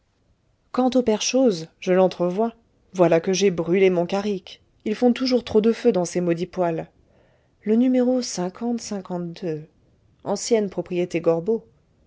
quant au père chose je l'entrevois voilà que j'ai brûlé mon carrick ils font toujours trop de feu dans ces maudits poêles le numéro ancienne propriété gorbeau